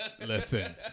Listen